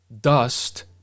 dust